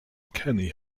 kenny